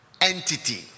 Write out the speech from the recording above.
entity